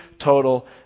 total